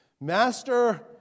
Master